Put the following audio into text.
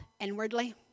inwardly